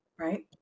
right